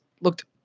looked